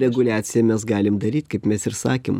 reguliaciją mes galim daryt kaip mes ir sakėm